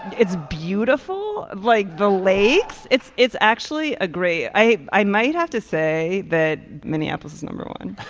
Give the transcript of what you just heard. it's beautiful like the lakes. it's it's actually a great i i might have to say that minneapolis is number one